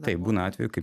taip būna atvejų kai